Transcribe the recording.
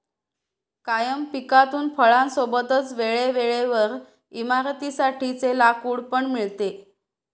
कायम पिकातून फळां सोबतच वेळे वेळेवर इमारतीं साठी चे लाकूड पण मिळते